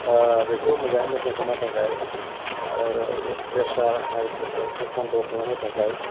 बेखौ मोजाङै मेनटैन खालामनो थाखाय आरो प्रेसार हाय प्रेसारखौ कन्ट्र'ल खालामनो थाखाय